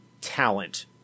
talent